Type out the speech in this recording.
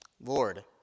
Lord